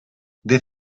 des